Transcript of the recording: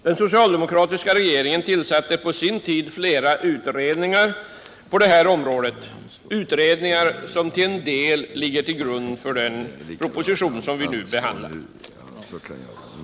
Den socialdemokratiska regeringen tillsatte på sin tid flera utredningar på det här området, utredningar som till en del ligger till grund för den proposition som vi nu behandlar.